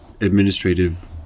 administrative